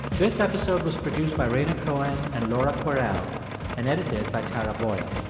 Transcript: this episode was produced by rhaina cohen and laura kwerel and edited by tara boyle.